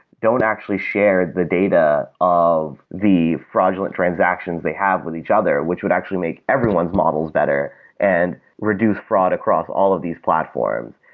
don't actually share the data of the fraudulent transactions they have with each other, which would actually make everyone's models better and reduce fraud across all of these platforms.